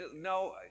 No